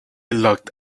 locked